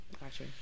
Gotcha